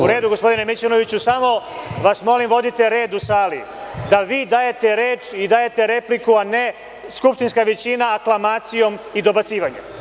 U redu, gospodine Mićunoviću, samo vas molim, vodite red u sali, da vi dajete reč i dajete repliku, a ne skupštinska većina aklamacijom i dobacivanjem.